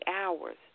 hours